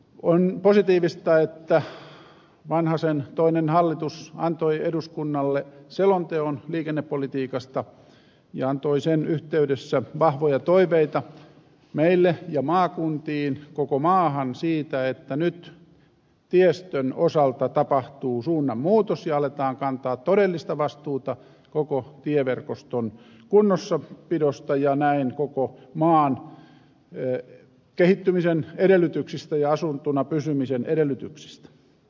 on positiivista että vanhasen toinen hallitus antoi eduskunnalle selonteon liikennepolitiikasta ja antoi sen yhteydessä vahvoja toiveita meille ja maakuntiin koko maahan siitä että nyt tiestön osalta tapahtuu suunnanmuutos ja aletaan kantaa todellista vastuuta koko tieverkoston kunnossapidosta ja näin koko maan kehittymisen ja asuttuna pysymisen edellytyksistä